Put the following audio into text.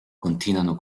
continuano